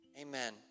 Amen